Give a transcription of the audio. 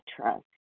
trust